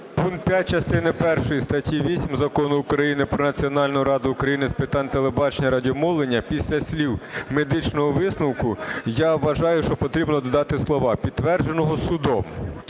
Пункт 5 частини першої статті 8 Закону України "Про Національну раду України з питань телебачення і радіомовлення" після слів "медичного висновку" я вважаю, що потрібно додати слова "підтвердженого судом",